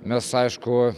mes aišku